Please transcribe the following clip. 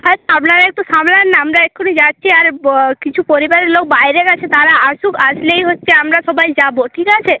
আর আপনারা একটু সামলান না আমরা এক্ষুণি যাচ্ছি আর ব কিছু পরিবারের লোক বাইরে গেছে তারা আসুক আসলেই হচ্ছে আমরা সবাই যাব ঠিক আছে